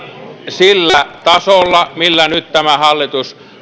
sillä tasolla millä nyt tämä hallitus